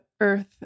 Earth